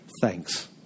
thanks